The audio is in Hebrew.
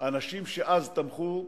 אנשים שאז תמכו,